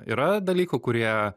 yra dalykų kurie